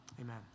Amen